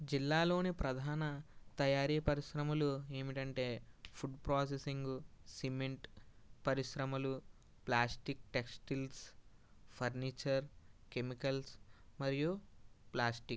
జిల్లాలోని ప్రధాన తయారి పరిశ్రమలు ఏంటంటే ఫుడ్ ప్రోసెసింగ్ సిమెంట్ పరిశ్రమలు ప్ల్యాస్టిక్ టెక్స్టైల్స్ ఫర్నిచర్ కెమికల్స్ మరియు ప్ల్యాస్టిక్